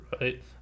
Right